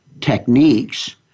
techniques